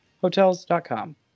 Hotels.com